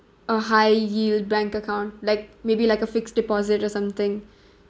a high yield bank account like maybe like a fixed deposit or something